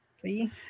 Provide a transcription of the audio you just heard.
see